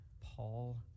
Paul